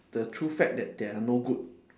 the true fact that they are no good